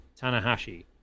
Tanahashi